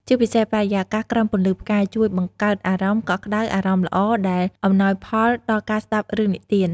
ជាពិសេសបរិយាកាសក្រោមពន្លឺផ្កាយ ជួយបង្កើតអារម្មណ៍ កក់ក្ដៅ អារម្មណ៍ល្អ ដែលអំណោយផលដល់ការស្ដាប់រឿងនិទាន ។